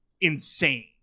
insane